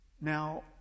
now